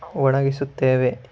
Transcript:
ಒಣಗಿಸುತ್ತೇವೆ